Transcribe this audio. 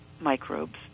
microbes